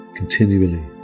Continually